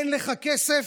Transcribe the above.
אין לך כסף,